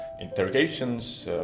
interrogations